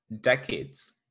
decades